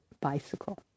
bicycle